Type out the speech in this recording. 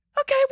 Okay